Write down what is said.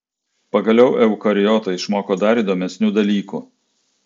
pagaliau eukariotai išmoko dar įdomesnių dalykų